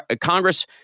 Congress